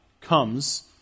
comes